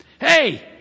Hey